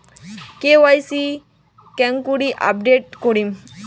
KYC কেঙ্গকরি update করিম?